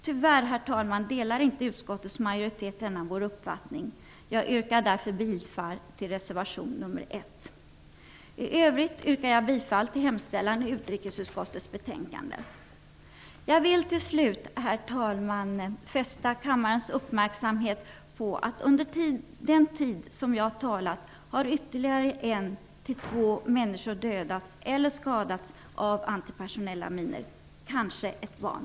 Tyvärr, herr talman, delar inte utskottets majoritet denna vår uppfattning. Jag yrkar därför bifall till reservation nr 1. I övrigt yrkar jag bifall till utskottets hemställan i utrikesutskottets betänkande. Jag vill till slut, herr talman, fästa kammarens uppmärksamhet på att under den tid som jag har talat har ytterligare en eller två människor dödats eller skadats av antipersonella minor, kanske en av dem ett barn.